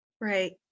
right